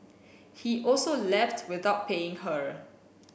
he also left without paying her